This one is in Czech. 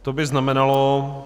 To by znamenalo...